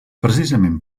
precisament